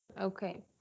okay